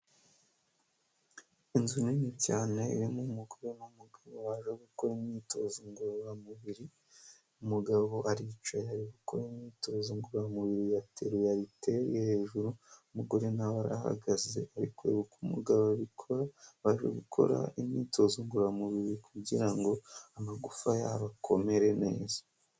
Inzu nini cyane irimo umugore n'umugabo baje gukora imyitozo ngororamubiri. Umugabo aricaye ari gukora imyitozo ngororamubiri yateruye aritere hejuru, umugore nawe arahagaze arikureba uko umugabo abikora. Baje gukora imyitozo ngororamubiri kugira ngo amagufa yabo akomere neza.